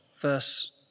Verse